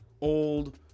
old